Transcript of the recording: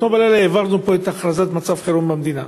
אתמול בלילה העברנו פה את הכרזת מצב חירום במדינה.